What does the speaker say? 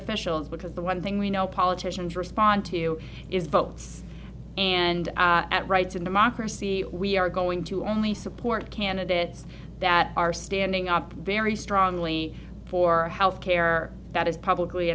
officials because the one thing we know politicians respond to is votes and at rights and democracy we are going to only support candidates that are standing up very strongly for health care that is publicly